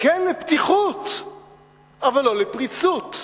כן לפתיחות אבל לא לפריצות.